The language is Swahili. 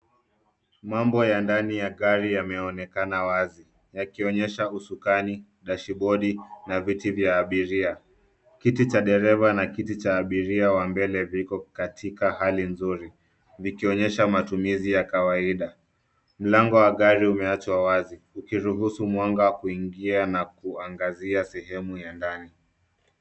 Mambo ya ndani ya gari yameonekana wazi yakionyesha usukani, dashibodi na viti vya abiria. Kiti cha dereva na kiti cha abiria wa mbele viko katika hali nzuri vikionyesha matumizi ya kawaida. Mlango wa gari umeachwa wazi ukiruhusu mwanga kuingia na kuangazia sehemu ya ndani.